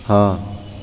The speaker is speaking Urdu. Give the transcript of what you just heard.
ہاں